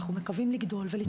אנחנו מקווים לגדול ולצמוח.